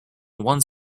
one